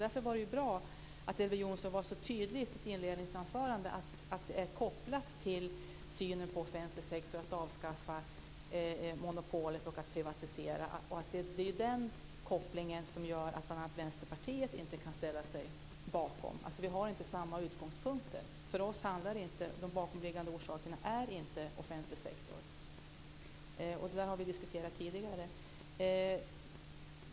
Därför var det bra att Elver Jonsson var så tydlig i sitt inledningsanförande, att detta är kopplat till synen på offentlig sektor och att man ska avskaffa monopolet och privatisera. Det är ju den kopplingen som gör att bl.a. Vänsterpartiet inte kan ställa sig bakom reservationen. Vi har inte samma utgångspunkter. Den bakomliggande orsaken är inte offentlig sektor. Detta har vi diskuterat tidigare.